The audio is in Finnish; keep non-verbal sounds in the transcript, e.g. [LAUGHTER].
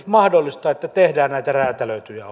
[UNINTELLIGIBLE] mahdollistaa että tehdään näitä räätälöityjä [UNINTELLIGIBLE]